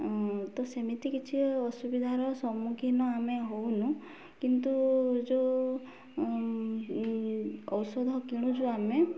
ତ ସେମିତି କିଛି ଅସୁବିଧାର ସମ୍ମୁଖୀନ ଆମେ ହେଉନୁ କିନ୍ତୁ ଯେଉଁ ଔଷଧ କିଣୁଛୁ ଆମେ